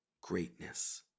greatness